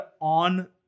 on